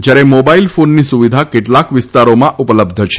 જયારે મોબાઇલ ફોનની સુવિધા કેટલાક વિસ્તારોમાં ઉપલબ્ધ છે